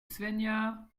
svenja